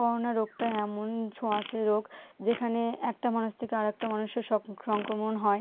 corona রোগটা এমন ছোঁয়াচে রোগ যেখানে একটা মানুষ থেকে আরেকটা মানুষের সংক্রমণ হয়